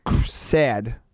sad